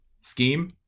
scheme